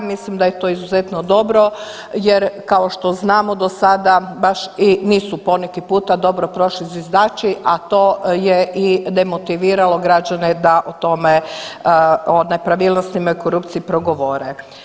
Mislim da je to izuzetno dobro jer kao što znamo dosada baš i nisu po neki puta dobro prošli zviždači, a to je i demotiviralo građane da o tome, o nepravilnostima i korupciji progovore.